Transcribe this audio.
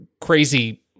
crazy